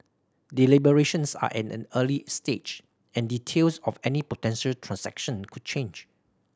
deliberations are at an early stage and details of any potential transaction could change